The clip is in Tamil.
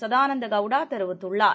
சதானந்தா கவுடா தெரிவித்துள்ளார்